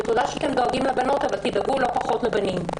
תודה שאתם דואגים לבנות אבל תדאגו לא פחות לבנים.